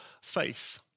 faith